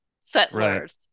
settlers